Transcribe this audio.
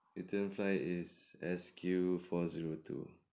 return flight is S_Q four zero two